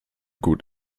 gut